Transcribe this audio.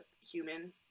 human